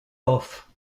off